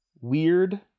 weird